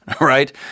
right